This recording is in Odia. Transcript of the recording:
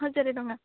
ହଜାର ଟଙ୍କା